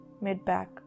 mid-back